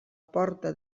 porta